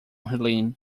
helene